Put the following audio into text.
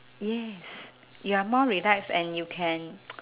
yes you're more relaxed and you can